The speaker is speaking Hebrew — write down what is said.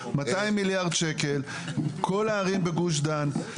200 מיליארד שקל כל הערים בגוש דן.